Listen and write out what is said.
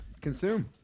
consume